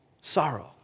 sorrow